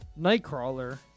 Nightcrawler